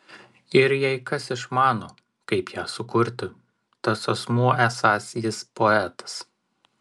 ir jei kas išmano kaip ją sukurti tas asmuo esąs jis poetas